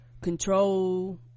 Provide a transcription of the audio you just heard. control